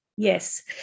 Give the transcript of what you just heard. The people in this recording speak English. Yes